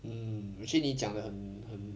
uh actually 你讲的很很